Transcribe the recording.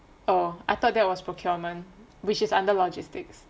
oh I thought that was procurement which is under logistics